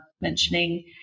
mentioning